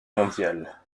mondiale